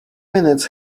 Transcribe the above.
minutes